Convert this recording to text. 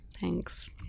Thanks